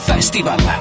Festival